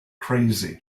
crazy